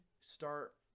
start